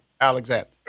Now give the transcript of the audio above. Alexander